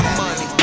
money